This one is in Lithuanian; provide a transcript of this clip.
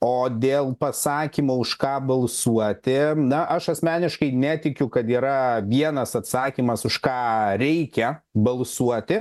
o dėl pasakymo už ką balsuoti na aš asmeniškai netikiu kad yra vienas atsakymas už ką reikia balsuoti